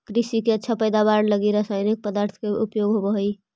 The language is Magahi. कृषि के अच्छा पैदावार लगी रसायनिक पदार्थ के प्रयोग होवऽ हई